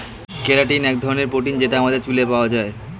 keratin এক ধরনের protein যেটা আমাদের চুলে পাওয়া যায়